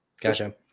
Gotcha